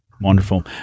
Wonderful